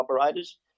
operators